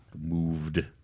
moved